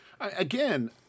again